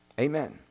Amen